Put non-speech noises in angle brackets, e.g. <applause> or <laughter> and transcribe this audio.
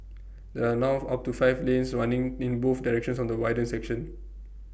there are now <noise> up to five lanes running in both directions on the widened section